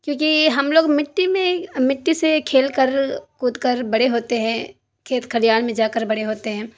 کیوں کہ ہم لوگ مٹی میں مٹی سے کھیل کر کود کر بڑے ہوتے ہیں کھیت کھلیان میں جا کر بڑے ہوتے ہیں